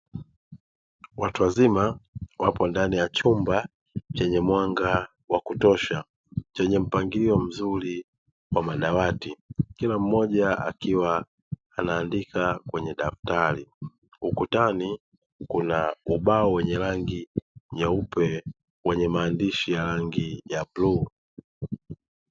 Watu wazima wapo ndani chumba chenye mwanga wa kutosha, chenye mpangilio mzuri wa madawati. Kila mmoja akiwa anaandika kwenye daftari. Ukutani kuna ubao wenye rangi nyeupe wenye maandishi ya rangi ya bluu.